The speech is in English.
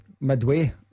Midway